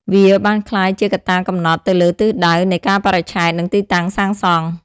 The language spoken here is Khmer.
វាបានក្លាយជាកត្តាកំណត់ទៅលើទិសដៅនៃកាលបរិច្ឆេទ និងទីតាំងសាងសង់។